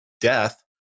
death